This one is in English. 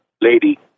lady